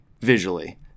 visually